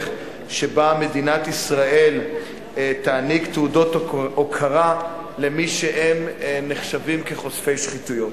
שבה מדינת ישראל תעניק תעודות הוקרה למי שנחשבים לחושפי שחיתויות.